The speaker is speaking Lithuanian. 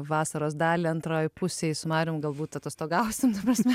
vasaros dalį antroj pusėj su marium galbūt atostogausim ta prasme